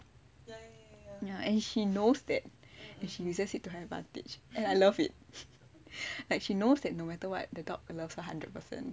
ya and she knows that and she uses it to her advantage and I love it like she knows that no matter what the dog loves her hundred percent actually very very proud